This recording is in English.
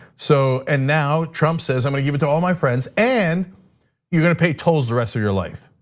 so, and now, trump says i'm gonna give it to all my friends and you're gonna pay tolls rest of your life.